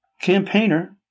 campaigner